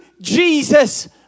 Jesus